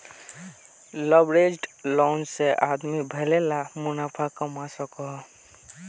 leveraged loan से आदमी भले ला मुनाफ़ा कमवा सकोहो